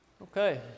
Okay